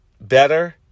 better